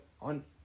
on